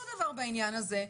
אותו דבר בעניין הזה,